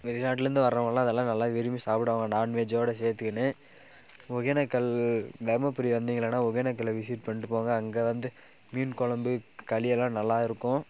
வெளிநாட்டுலருந்து வரவங்க எல்லாம் அதெல்லாம் நல்லா விரும்பி சாப்பிடுவாங்க நாண்வெஜ்ஜோட சேர்த்துக்கின்னு ஒகேனக்கல் தர்மபுரி வந்தீங்கள்னா ஒகேனக்கலை விசிட் பண்ணிவிட்டு போங்க அங்கே வந்து மீன் கொழம்பு களி எல்லாம் நல்லா இருக்கும்